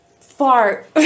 fart